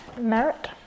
merit